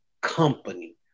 company